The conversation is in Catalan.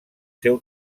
seu